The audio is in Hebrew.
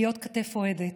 להיות כתף אוהדת,